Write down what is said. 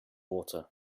water